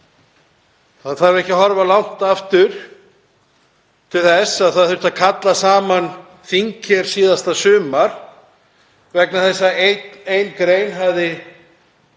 Það þarf ekki að horfa langt aftur til þess þegar þurfti að kalla saman þing hér, sem var síðasta sumar, vegna þess að ein grein hafði